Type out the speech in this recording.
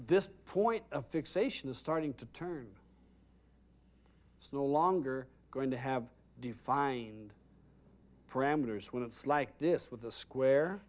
this point of fixation is starting to turn it's no longer going to have defined parameters when it's like this with the square